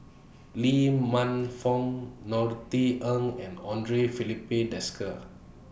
Lee Man Fong Norothy Ng and Andre Filipe Desker